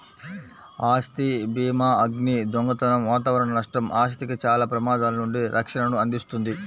ఆస్తి భీమాఅగ్ని, దొంగతనం వాతావరణ నష్టం, ఆస్తికి చాలా ప్రమాదాల నుండి రక్షణను అందిస్తుంది